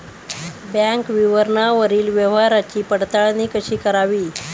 Bank विवरणावरील व्यवहाराची पडताळणी कशी करावी?